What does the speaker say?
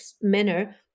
manner